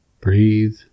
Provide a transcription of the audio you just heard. Breathe